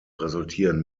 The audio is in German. resultieren